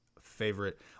favorite